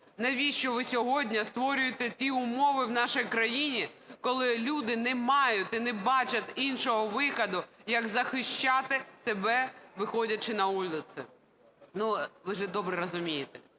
Навіщо ви сьогодні створюєте ті умови в нашій країні, коли люди не мають і не бачать іншого виходу, як захищати себе, виходячи на вулиці? Ну, ви ж добре розумієте,